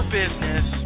business